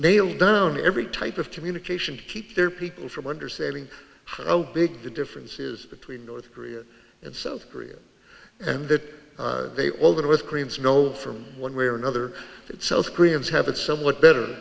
nail down every type of communication to keep their people from understanding big the difference is between north korea and south korea and that they all that with koreans know from one way or another that south koreans have it somewhat better